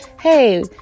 hey